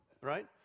right